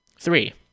Three